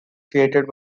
created